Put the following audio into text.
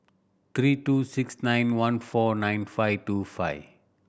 three two six nine one four nine five two five